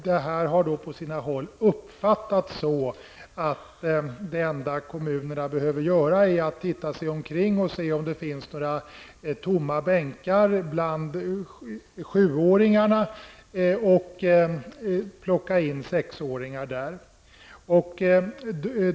Detta har på sina håll uppfattats så, att det enda kommunerna behöver göra är att titta sig omkring och se om det finns några tomma bänkar bland sjuåringarna och plocka in sexåringar där.